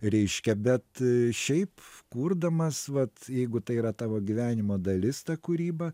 reiškia bet šiaip kurdamas vat jeigu tai yra tavo gyvenimo dalis ta kūryba